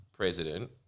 President